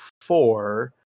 four